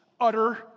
utter